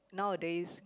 nowadays